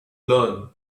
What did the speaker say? learn